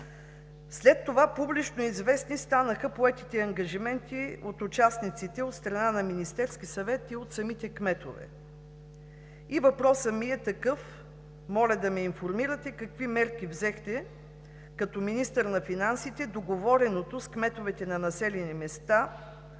След това публично известни станаха поетите ангажименти от участниците от страна на Министерския съвет и от самите кметове. Въпросът ми е такъв: моля да ме информирате какви мерки взехте като министър на финансите договореното с кметовете на населени места